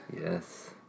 Yes